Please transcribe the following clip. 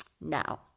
Now